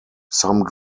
some